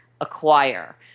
acquire